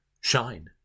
shine